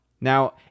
Now